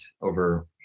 over